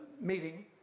meeting